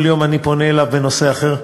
כל יום אני פונה אליו בנושא אחר,